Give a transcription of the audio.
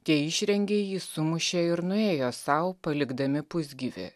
tie išrengė jį sumušė ir nuėjo sau palikdami pusgyvį